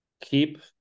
keep